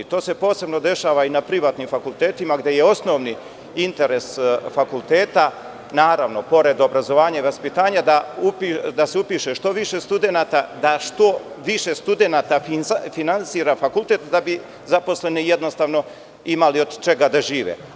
To se posebno dešava na privatnim fakultetima, gde je osnovni interes fakulteta, naravno, pored obrazovanja i vaspitanja, da se upiše što više studenata, da što više studenata finansira fakultet, da bi zaposleni imali od čega da žive.